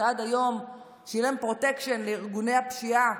שעד היום שילם פרוטקשן לארגוני הפשיעה